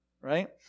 right